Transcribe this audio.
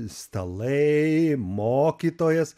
stalai mokytojas